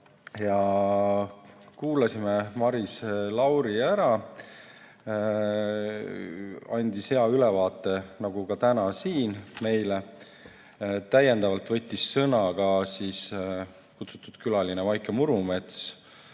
Me kuulasime Maris Lauri ära. Ta andis hea ülevaate, nagu ka täna siin. Täiendavalt võttis sõna kutsutud külaline Vaike Murumets,